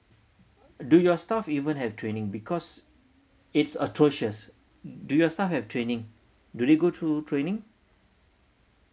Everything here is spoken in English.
do your staff even have training because it's atrocious do your staff have training do they go through training